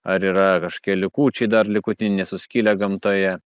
ar yra kažkokie likučiai dar likutin nesuskilę gamtoje